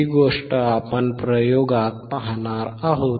ही गोष्ट आपण प्रयोगात पाहणार आहोत